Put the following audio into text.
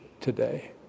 today